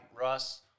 Russ